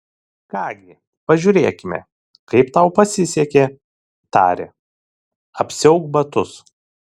ką gi pažiūrėkime kaip tau pasisekė tarė apsiauk batus